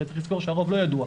צריך לזכור שהרוב לא ידוע,